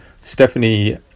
Stephanie